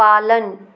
पालन